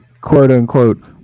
quote-unquote